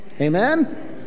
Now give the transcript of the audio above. Amen